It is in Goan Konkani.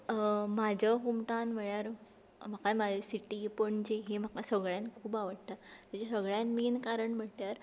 म्हजो होमटावन म्हणल्यार म्हाकाय म्हजी सिटी पणजे ही म्हाका सगळ्यांत खूब आवडटा ताजें सगळ्यांत मेन कारण म्हटल्यार